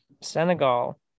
Senegal